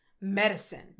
medicine